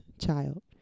child